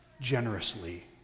generously